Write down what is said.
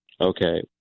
Okay